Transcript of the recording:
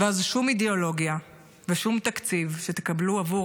ואז שום אידיאולוגיה ושום תקציב שתקבלו עבור